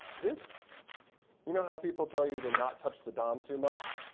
this you know how people tell you to not touch the dom too much?